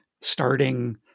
starting